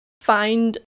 find